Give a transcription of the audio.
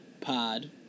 pod